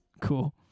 Cool